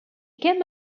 came